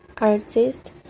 artist